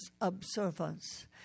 observance